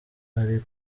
ari